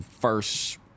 first